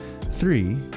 Three